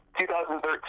2013